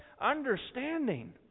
understanding